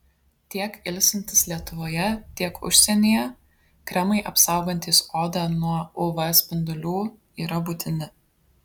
tiek ilsintis lietuvoje tiek užsienyje kremai apsaugantys odą nuo uv spindulių yra būtini